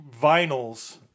vinyls